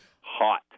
Hot